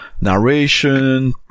narration